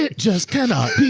it just cannot